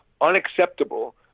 unacceptable